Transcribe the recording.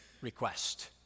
request